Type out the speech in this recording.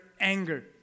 anger